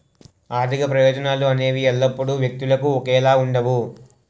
ఆర్థిక ప్రయోజనాలు అనేవి ఎల్లప్పుడూ వ్యక్తులకు ఒకేలా ఉండవు